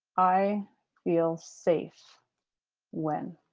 i feel safe when.